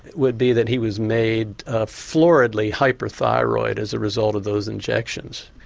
would be that he was made floridly hyper thyroid as a result of those injections.